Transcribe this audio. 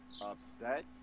upset